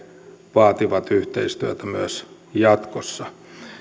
vaativat yhteistyötä myös jatkossa